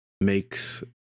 makes